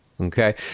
okay